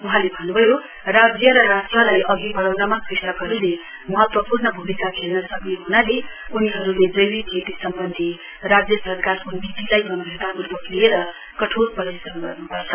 वहाँले अन्नुभयो राज्य र राष्ट्रलाई अघि बढाउनमा कृषकहरूले महत्वपूर्ण भूमिका खेल्न सक्ने हनाले उनीहरूले जैविक खेती सम्बन्धी राज्य सरकारको नीतिलाई गम्भीरतापूर्वक लिएर कठोर परिश्रम गर्नुपर्छ